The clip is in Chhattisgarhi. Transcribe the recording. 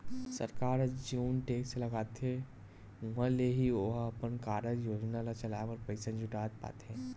सरकार ह जउन टेक्स लगाथे उहाँ ले ही ओहा अपन कारज योजना ल चलाय बर पइसा जुटाय पाथे